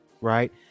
right